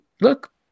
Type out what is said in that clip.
look